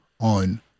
on